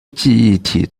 记忆体